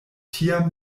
tiam